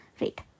right